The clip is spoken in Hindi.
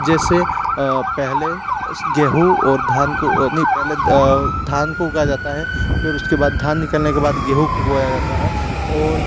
जैसे पहले गेहूँ और धान को नहीं पहले धान को उगाया जाता है फिर उसके बाद धान निकलने के बाद गेहूँ को बोया जाता है